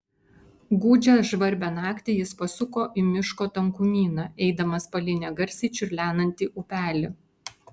gūdžią žvarbią naktį jis pasuko į miško tankumyną eidamas palei negarsiai čiurlenantį upelį